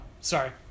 sorry